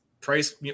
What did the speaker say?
price